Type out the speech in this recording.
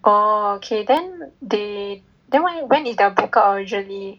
oh okay then they then when when is their book out usually